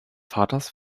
vaters